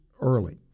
early